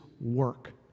work